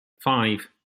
five